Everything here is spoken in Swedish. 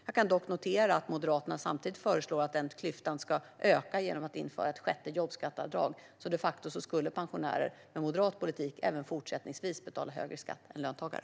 Jag noterar dock att Moderaterna samtidigt föreslår att den klyftan ska öka genom att det införs ett sjätte jobbskatteavdrag. Med moderat politik skulle pensionärer därmed även fortsättningsvis de facto betala högre skatt än löntagare.